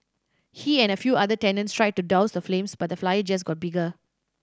he and a few other tenants tried to douse the flames but the fire just got bigger